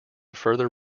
further